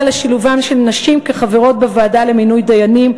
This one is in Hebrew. לשילובן של נשים כחברות בוועדה למינוי דיינים,